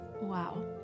Wow